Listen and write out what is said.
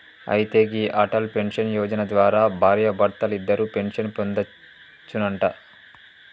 అయితే గీ అటల్ పెన్షన్ యోజన ద్వారా భార్యాభర్తలిద్దరూ పెన్షన్ పొందొచ్చునంట